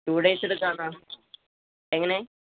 to days എടുക്കാം എന്നാല് എങ്ങനെ